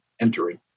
entering